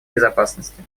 безопасности